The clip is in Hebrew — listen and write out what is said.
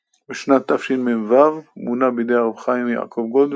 ושמש", שעל שמו נקרא הרב קלמן מאיר.